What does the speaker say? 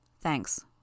Thanks